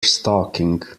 stalking